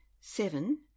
Seven